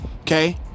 okay